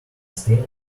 stain